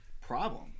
problem